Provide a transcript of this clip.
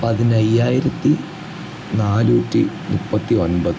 പതിനയ്യായിരത്തി നാനൂറ്റി മുപ്പത്തി ഒമ്പത്